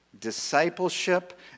discipleship